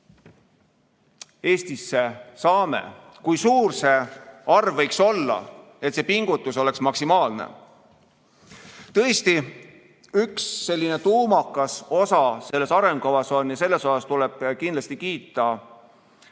Eestisse saame ja kui suur see arv võiks olla, et see pingutus oleks maksimaalne. Tõesti, üks selline tuumakas osa selles arengukavas, mille eest tuleb kindlasti kiita, on kogukondlik